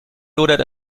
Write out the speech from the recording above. lodert